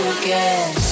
again